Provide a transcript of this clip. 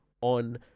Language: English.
on